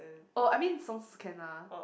oh I mean songs also can ah